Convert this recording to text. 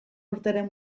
urteren